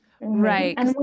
right